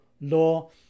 law